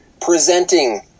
presenting